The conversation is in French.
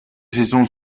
saisons